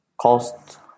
cost